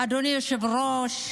אדוני היושב-ראש,